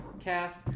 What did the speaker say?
cast